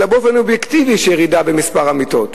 אלא באופן אובייקטיבי יש ירידה במספר המיטות.